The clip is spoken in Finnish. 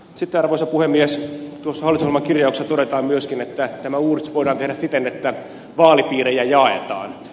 sitten arvoisa puhemies tuossa hallitusohjelman kirjauksessa todetaan myöskin että tämä uudistus voidaan tehdä siten että vaalipiirejä jaetaan